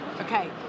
Okay